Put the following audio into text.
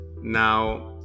now